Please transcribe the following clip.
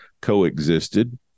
coexisted